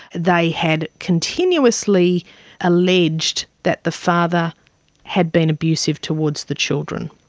they had continuously alleged that the father had been abusive towards the children.